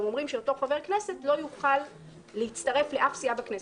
אומרים שאותו חבר כנסת לא יוכל להצטרף לאף סיעה בכנסת.